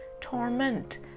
torment